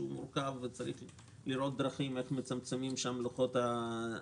שהוא מורכב וצריך לראות דרכים איך מצמצמים שם את לוחות הזמנים.